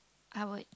I would